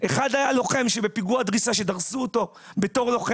אחד היה לוחם בפיגוע דריסה דרסו אותו כלוחם,